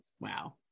Wow